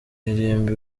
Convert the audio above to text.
irimbi